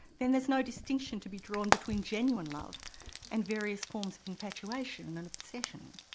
then there's no distinction to be drawn between genuine love and various forms of infatuation and and obsession.